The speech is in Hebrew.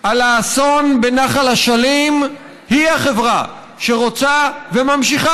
לאסון בנחל אשלים היא החברה שרוצה וממשיכה